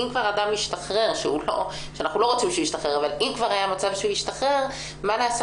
אם כבר אדם משתחרר - ואנחנו לא רוצים שהוא ישתחרר מה נעשה